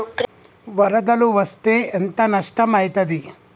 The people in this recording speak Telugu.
వరదలు వస్తే ఎంత నష్టం ఐతది?